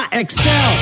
excel